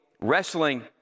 wrestling